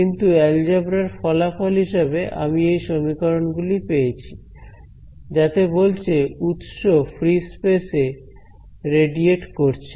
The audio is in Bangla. কিছু অ্যালজাবরার ফলাফল হিসেবে আমি এই সমীকরণ গুলি পেয়েছি যাতে বলছে উৎস ফ্রী স্পেসে রেডিয়েট করছে